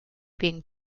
being